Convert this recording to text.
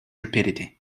rapidity